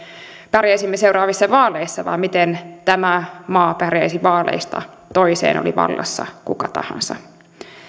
pärjäisimme seuraavissa vaaleissa vaan miten tämä maa pärjäisi vaaleista toiseen oli vallassa kuka tahansa